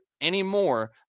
anymore